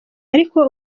ariko